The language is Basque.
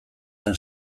zen